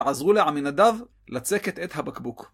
עזרו לעמינדב לצקת את הבקבוק.